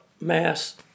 mass